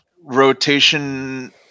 rotation